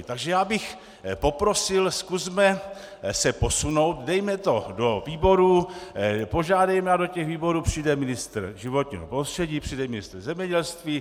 Takže já bych poprosil, zkusme se posunout, dejme to do výborů, požádejme, ať do těch výborů přijde ministr životního prostředí, přijde ministr zemědělství.